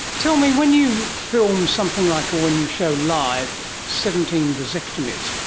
tell me, when you film something like, or when you show live seventeen vasectomies,